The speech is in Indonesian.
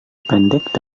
pendek